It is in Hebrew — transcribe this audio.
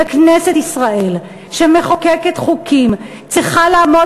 כנסת ישראל שמחוקקת חוקים צריכה לעמוד